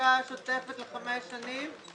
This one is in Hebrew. התחזוקה השוטפת לחמש שנים,